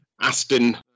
Aston